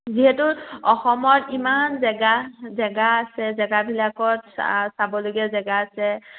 যিহেতু অসমত ইমান জেগা জেগা আছে জেগাবিলাকত চাবলগীয়া জেগা আছে